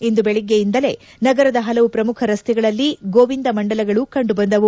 ಇಂದು ಬೆಳಗ್ಗೆಯಿಂದಲೇ ನಗರದ ಹಲವು ಪ್ರಮುಖ ರಸ್ತೆಗಳಲ್ಲಿ ಗೋವಿಂದ ಮಂಡಲಗಳು ಕಂಡು ಬಂದವು